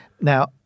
Now